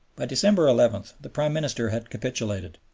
by december eleven the prime minister had capitulated.